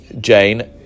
Jane